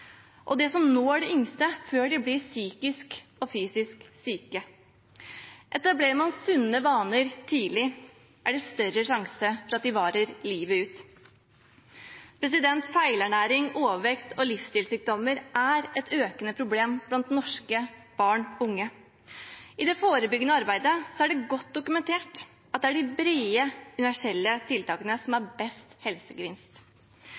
og det som når de yngste før de blir psykisk og fysisk syke. Etablerer man sunne vaner tidlig, er det større sjanse for at de varer livet ut. Feilernæring, overvekt og livsstilssykdommer er et økende problem blant norske barn og unge. I det forebyggende arbeidet er det godt dokumentert at det er de brede, universelle tiltakene som har best helsegevinst.